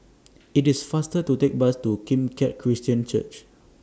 IT IS faster to Take Bus to Kim Keat Christian Church